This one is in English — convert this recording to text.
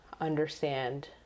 understand